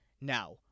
Now